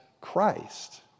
Christ